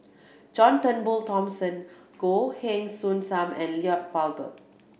John Turnbull Thomson Goh Heng Soon Sam and Lloyd Valberg